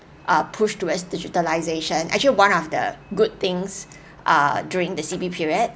a push towards digitalisation and you're one of the good things err during the C_B period